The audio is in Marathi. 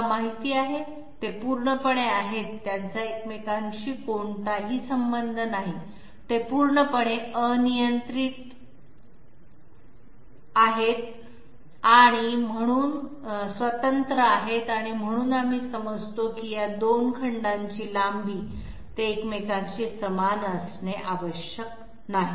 तुम्हाला माहिती आहे ते पूर्णपणे आहेत त्यांचा एकमेकांशी कोणताही संबंध नाही ते पूर्णपणे अनियंत्रित आहेत आणि म्हणून आपण समजतो की या 2 खंडांची लांबी ते एकमेकांशी समान असणे आवश्यक नाही